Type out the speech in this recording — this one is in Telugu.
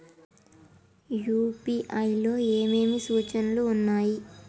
యూ.పీ.ఐ లో ఏమేమి సూచనలు ఉన్నాయి?